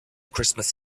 christmas